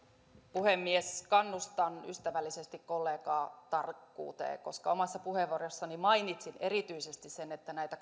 puhemies kannustan ystävällisesti kollegaa tarkkuuteen koska omassa puheenvuorossani mainitsin erityisesti sen että näitä